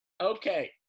Okay